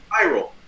viral